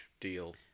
deal